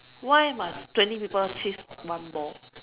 why must twenty people chase one ball